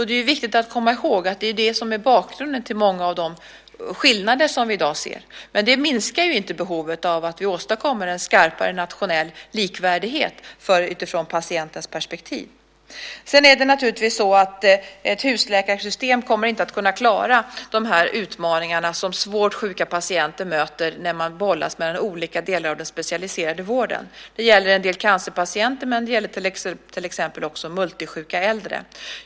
Det är viktigt att komma ihåg att det är det som är bakgrunden till många av de skillnader som vi ser i dag. Men det minskar inte behovet av att vi åstadkommer en skarpare nationell likvärdighet utifrån patientens perspektiv. Ett husläkarsystem kommer naturligtvis inte att kunna klara de utmaningar som svårt sjuka patienter möter när de bollas mellan olika delar av den specialiserade vården. Det gäller en del cancerpatienter, men det gäller till exempel också multisjuka äldre.